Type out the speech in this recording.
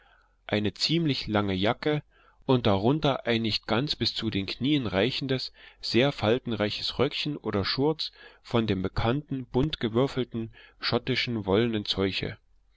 eine ziemlich lange jacke und darunter ein nicht ganz bis zu den knien reichendes sehr faltenreiches röckchen oder schurz von dem bekannten bunt gewürfelten schottischen wollenen zeuche